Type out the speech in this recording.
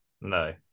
No